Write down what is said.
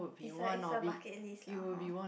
is a is a bucket list lah hor